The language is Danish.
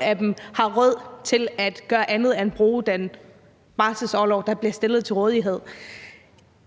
af dem har råd til at gøre andet end at bruge den barselsorlov, der bliver stillet til rådighed.